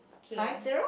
okay